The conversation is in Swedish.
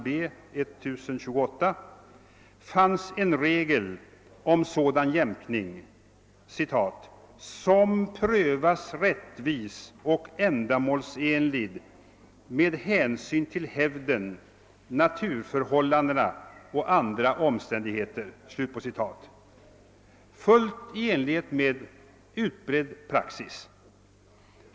B 1028 — fanns en regel om sådan jämknning >som prövas rättvis och ändamålsenlig med hänsyn till hävden, naturförhållandena och andra omständigheter», fullt i enlighet med utbredd praxis.